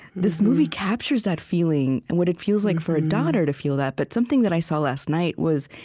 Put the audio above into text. this movie captures that feeling and what it feels like for a daughter to feel that but something that i saw last night was,